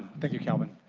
thank you calvin.